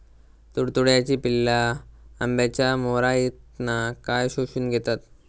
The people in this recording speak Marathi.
तुडतुड्याची पिल्ला आंब्याच्या मोहरातना काय शोशून घेतत?